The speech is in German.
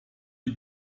die